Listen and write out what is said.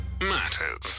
matters